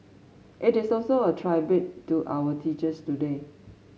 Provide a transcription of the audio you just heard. it is also a tribute to our teachers today